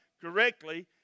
correctly